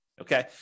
Okay